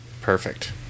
Perfect